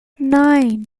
nine